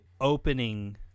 Opening